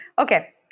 Okay